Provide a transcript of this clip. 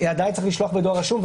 עדיין צריך לשלוח בדואר רשום,